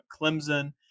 Clemson